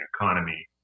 economy